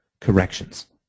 corrections